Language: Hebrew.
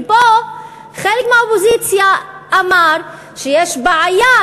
ופה חלק מהאופוזיציה אמרו שיש בעיה,